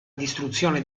distruzione